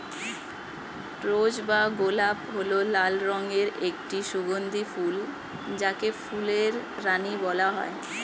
রোজ বা গোলাপ হল লাল রঙের একটি সুগন্ধি ফুল যাকে ফুলের রানী বলা হয়